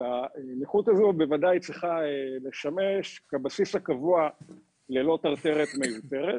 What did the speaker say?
אז הנכות הזו בוודאי צריכה לשמש כבסיס הקבוע ללא טרטרת מיותרת.